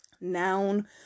noun